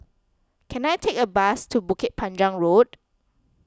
can I take a bus to Bukit Panjang Road